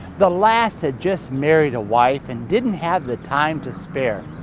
the last had just married a wife and didn't have the time to spare.